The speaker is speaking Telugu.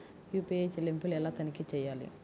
యూ.పీ.ఐ చెల్లింపులు ఎలా తనిఖీ చేయాలి?